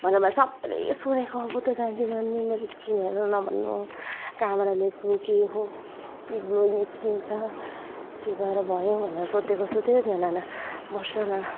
भनेर मलाई सबैले सोधेको बुद्ध जयन्तीमा पनि मेरो स्किन हेरेर नभन्नू कहाँबाट लिएको के हो यति ग्लोइङ स्किन छ के भएर भयो भनेर सोधेको सोधेकै थियो नाना मसँग